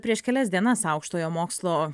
prieš kelias dienas aukštojo mokslo